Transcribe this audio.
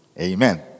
Amen